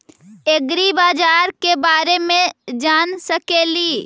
ऐग्रिबाजार के बारे मे जान सकेली?